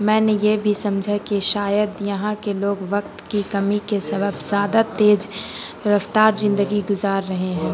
میں نے یہ بھی سمجھا کہ شاید یہاں کے لوگ وقت کی کمی کے سبب زیادہ تیز رفتار زندگی گزار رہے ہیں